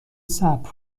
صبر